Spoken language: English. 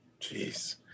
Jeez